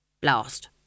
Blast